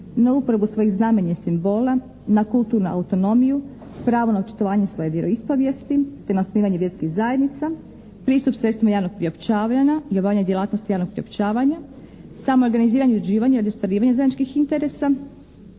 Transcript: na uporabu svojih znamenja i simbola, na kulturnu autonomiju, pravo na očitovanje svoje vjeroispovijesti te na osnivanje vjerskih zajednica, pristup sredstvima javnog priopćavanja i obavljanje djelatnosti javnog priopćavanja, samoorganiziranju … /Govornica se ne razumije./ interesa.